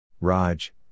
Raj